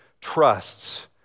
trusts